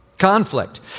Conflict